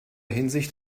hinsicht